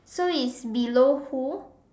so it's below who